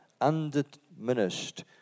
undiminished